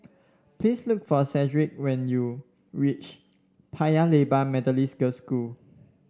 please look for Shedrick when you reach Paya Lebar Methodist Girls' School